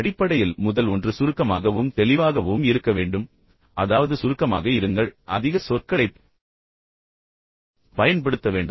அடிப்படையில் முதல் ஒன்று சுருக்கமாகவும் தெளிவாகவும் இருக்க வேண்டும் அதாவது சுருக்கமாக இருங்கள் அதிக சொற்களைப் பயன்படுத்த வேண்டாம்